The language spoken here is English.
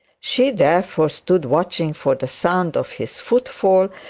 she therefore stood watching for the sound of his footfall,